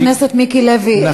חבר הכנסת מיקי לוי,